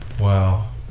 wow